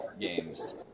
games